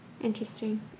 Interesting